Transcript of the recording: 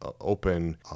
open